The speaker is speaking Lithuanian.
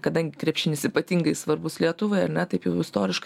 kadangi krepšinis ypatingai svarbus lietuvai ar ne taip jau istoriškai